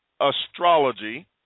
astrology